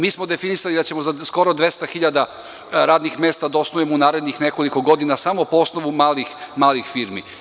Mi smo definisali da ćemo skoro 200.000 radnih mesta da osnujemo u narednih nekoliko godina samo po osnovu malih firmi.